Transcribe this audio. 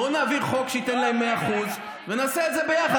בואו נעביר חוק שייתן להם 100%, ונעשה את זה יחד.